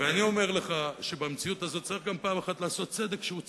ואני אומר לך שבמציאות הזאת צריך פעם אחת גם לעשות צדק שהוא צדק,